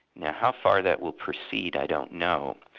now how far that will proceed, i don't know,